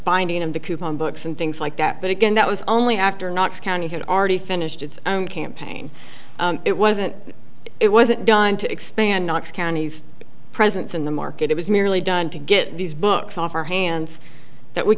binding and the coupon books and things like that but again that was only after knox county had already finished its own campaign it wasn't it wasn't done to expand knox county's presence in the market it was merely done to get these books off our hands that we